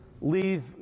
leave